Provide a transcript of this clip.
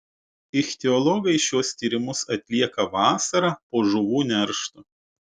ichtiologai šiuos tyrimus atlieka vasarą po žuvų neršto